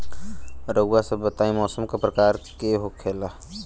रउआ सभ बताई मौसम क प्रकार के होखेला?